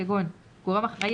כגון: גורם אחראי,